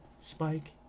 Spike